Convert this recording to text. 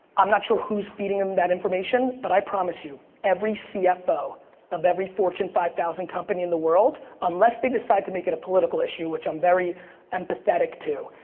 i'm not sure who's feeding them that information, but i promise you every cfo of every fortune five thousand company in the world, unless they decide to make it a political issue, which i'm very empathetic to,